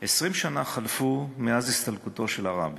20 שנה חלפו מאז הסתלקותו של הרבי,